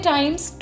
Times